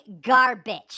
garbage